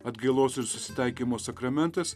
atgailos ir susitaikymo sakramentas